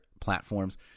platforms